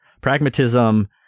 Pragmatism